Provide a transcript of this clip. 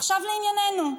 עכשיו, לענייננו.